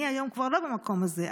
אני היום כבר לא במקום הזה,